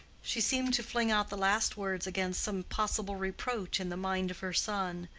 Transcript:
she seemed to fling out the last words against some possible reproach in the mind of her son,